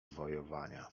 wojowania